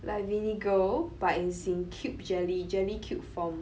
like vinegar but it's in cube jelly jelly cube form